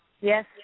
Yes